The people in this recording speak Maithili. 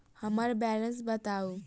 हम्मर बैलेंस बताऊ